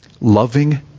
loving